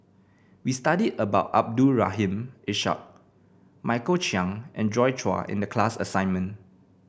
we studied about Abdul Rahim Ishak Michael Chiang and Joi Chua in the class assignment